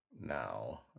now